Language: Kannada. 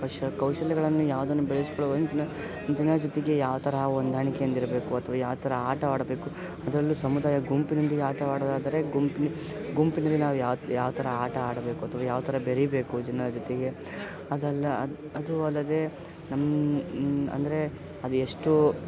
ಕೌಶ ಕೌಶಲ್ಯಗಳನ್ನು ಯಾವುದನ್ನು ಬೆಳೆಸಿಕೊಳ್ಳುವಂಥ ಜನರ ಜೊತೆಗೆ ಯಾವ ಥರ ಹೊಂದಾಣಿಕೆಯಿಂದಿರಬೇಕು ಅಥ್ವಾ ಯಾವ ಥರ ಆಟವಾಡಬೇಕು ಅದರಲ್ಲೂ ಸಮುದಾಯ ಗುಂಪಿನೊಂದಿಗೆ ಆಟವಾಡೋದಾದರೆ ಗುಂಪು ನಿ ಗುಂಪಿನಲ್ಲಿ ನಾವು ಯಾವ ಯಾವ ಥರ ಆಟ ಆಡಬೇಕು ಅಥ್ವಾ ಯಾವ ಥರ ಬೆರೀಬೇಕು ಜನರ ಜೊತೆಗೆ ಅದಲ್ಲ ಅದು ಅದು ಅಲ್ಲದೇ ನಮ್ಮ ಅಂದರೇ ಅದು ಎಷ್ಟೂ